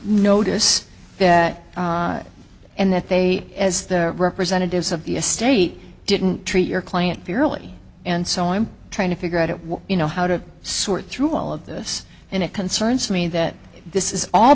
notice and that they as the representatives of the state didn't treat your client fairly and so i'm trying to figure out what you know how to sort through all of this and it concerns me that this is all